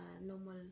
normal